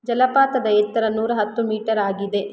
ಜಲಪಾತದ ಎತ್ತರ ನೂರ ಹತ್ತು ಮೀಟರ್ ಆಗಿದೆ